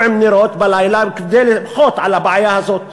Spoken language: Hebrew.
עם נרות בלילה כדי למחות על הבעיה הזאת